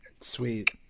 Sweet